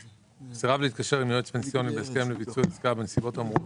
סירב להתקשר עם יועץ פנסיוני בהסכם לביצוע עסקה בנסיבות האמורות